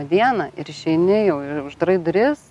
dieną ir išeini jau ir uždarai duris